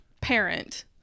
parent